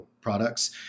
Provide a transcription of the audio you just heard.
products